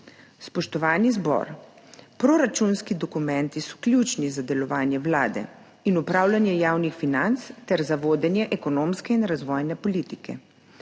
Spoštovani zbor, proračunski dokumenti so ključni za delovanje Vlade in upravljanje javnih financ ter za vodenje ekonomske in razvojne politike.